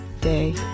day